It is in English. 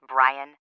Brian